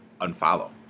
unfollow